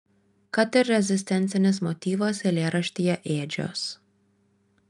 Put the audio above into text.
kad ir rezistencinis motyvas eilėraštyje ėdžios